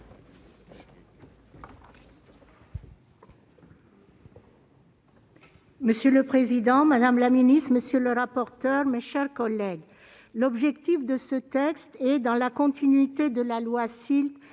Monsieur le président, madame la ministre, mes chers collègues, l'objectif de ce texte est, dans la continuité de la loi SILT